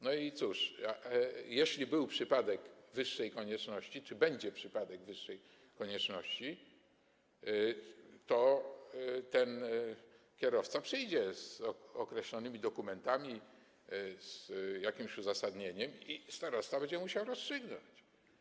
No i cóż, jeśli był przypadek wyższej konieczności czy będzie przypadek wyższej konieczności, to ten kierowca przyjdzie z określonymi dokumentami, z jakimś uzasadnieniem i starosta będzie musiał rozstrzygnąć.